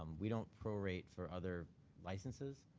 um we don't prorate for other licenses.